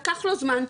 לקח לו זמן.